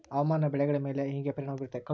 ಹವಾಮಾನ ಬೆಳೆಗಳ ಮೇಲೆ ಹೇಗೆ ಪರಿಣಾಮ ಬೇರುತ್ತೆ?